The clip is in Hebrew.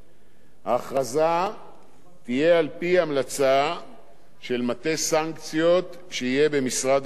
ההכרזה תהיה על-פי המלצה של מטה סנקציות שיהיה במשרד האוצר.